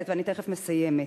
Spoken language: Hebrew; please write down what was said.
אני תיכף מסיימת.